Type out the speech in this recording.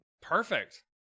Perfect